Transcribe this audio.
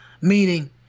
meaning